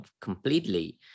completely